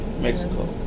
Mexico